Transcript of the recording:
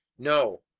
no.